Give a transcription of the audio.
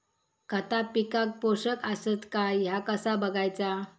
खता पिकाक पोषक आसत काय ह्या कसा बगायचा?